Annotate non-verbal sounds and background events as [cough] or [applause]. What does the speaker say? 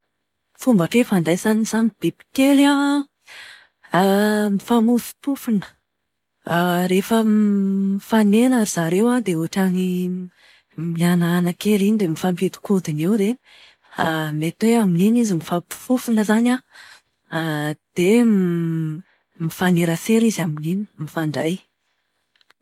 Fomba fifandraisan'ny samy bibikely an, [hesitation] mifamofompofona. [hesitation] Rehefa mifanena ry zareo an, dia ohatran'ny mihanahana kely iny dia mifampiodinkodina eo dia [hesitation] mety hoe amin'iny izy mifampifofona izany an, [hesitation] dia [hesitation] mifanerasera izy amin'ny. Mifandray.